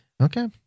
Okay